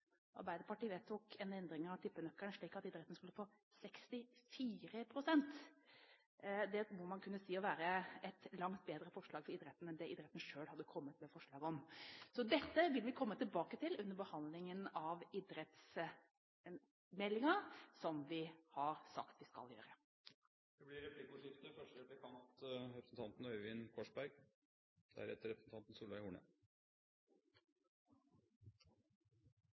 Arbeiderpartiet vedtok en endring av tippenøkkelen slik at idretten skulle få 64 pst. Det må kunne sies å være et langt bedre forslag for idretten enn det idretten selv hadde kommet med forslag om. Så dette vil vi komme tilbake til under behandlingen av idrettsmeldingen, som vi har sagt vi skal gjøre. Det blir replikkordskifte.